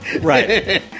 Right